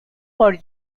por